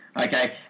okay